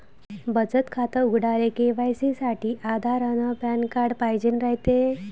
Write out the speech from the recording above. बचत खातं उघडाले के.वाय.सी साठी आधार अन पॅन कार्ड पाइजेन रायते